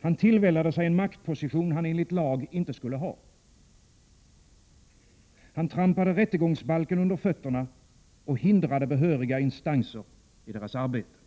Han tillvällade sig en maktposition han enligt lag inte skulle ha. Han trampade rättegångsbalken under fötterna och hindrade behöriga instanser i deras arbete.